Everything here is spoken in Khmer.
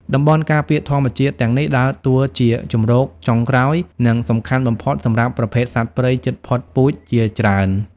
តំបន់ការពារធម្មជាតិទាំងនេះដើរតួជាជម្រកចុងក្រោយ និងសំខាន់បំផុតសម្រាប់ប្រភេទសត្វព្រៃជិតផុតពូជជាច្រើន។